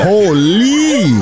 Holy